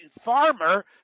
farmer